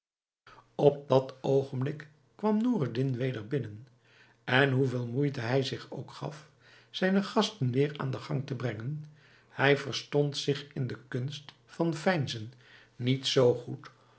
op dat oogenblik kwam noureddin weder binnen en hoeveel moeite hij zich ook gaf zijne gasten weêr aan den gang te brengen hij verstond zich in de kunst van veinzen niet zoo goed